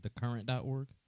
Thecurrent.org